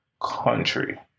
country